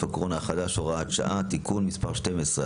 הקורונה החדש (הוראת שעה) (תיקון מס' 12),